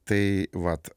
tai vat